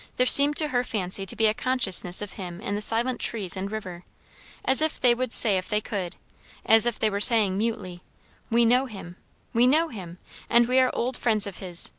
there seemed to her fancy to be a consciousness of him in the silent trees and river as if they would say if they could as if they were saying mutely we know him we know him and we are old friends of his.